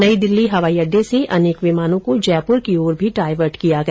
नई दिल्ली हवाई अड्डे से अनेक विमानों को जयपुर की ओर भी डायवर्ट किया गया